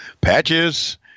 Patches